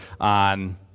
on